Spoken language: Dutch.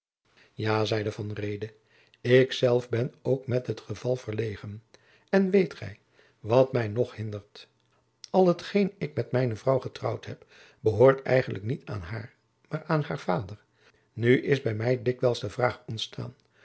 ja zeide van reede ik zelf ben ook met het geval verlegen en weet gij wat mij ook nog hindert al het geen ik met mijne vrouw getrouwd heb behoort eigenlijk niet aan haar maar aan haar vader nu is bij mij dikwijls de vraag ontstaan